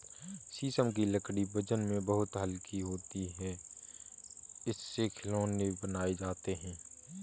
शीशम की लकड़ी वजन में बहुत हल्का होता है इससे खिलौने बनाये जाते है